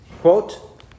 quote